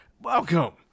welcome